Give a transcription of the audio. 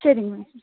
சேரிங்க மேம்